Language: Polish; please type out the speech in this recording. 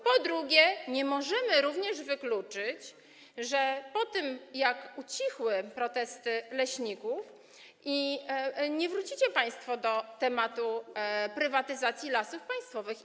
Po drugie, nie możemy również wykluczyć, że po tym, jak ucichły protesty leśników, nie wrócicie państwo do tematu prywatyzacji Lasów Państwowych.